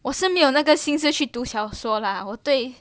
我是没有那个心思去读小说啦我对